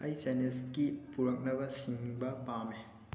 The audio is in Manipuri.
ꯑꯩ ꯆꯥꯏꯅꯤꯖꯀꯤ ꯄꯨꯔꯛꯅꯕ ꯁꯤꯡꯕ ꯄꯥꯝꯃꯦ